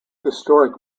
historic